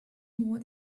more